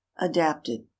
adapted